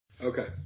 Okay